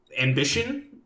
ambition